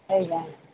ଆଜ୍ଞା